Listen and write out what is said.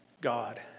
God